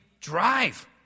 drive